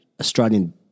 Australian